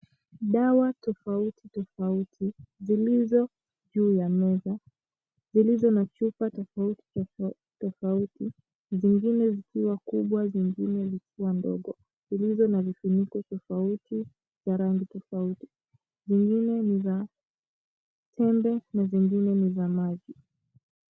Dawa tofauti tofauti zilizo juu ya meza zilizo na chupa tofauti tofauti zingine zikiwa kubwa, zingine zikiwa ndogo zilizo na vifuniko tofauti vya rangi tofauti, zingine ni za tembe na zingine ni za maji.